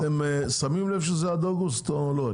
אתם מבינים שזה עד אוגוסט או לא?